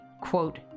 quote